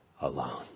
alone